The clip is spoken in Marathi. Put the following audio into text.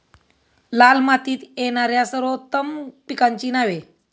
लाल मातीत येणाऱ्या सर्वोत्तम पिकांची नावे?